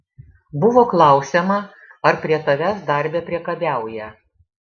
buvo klausiama ar prie tavęs darbe priekabiauja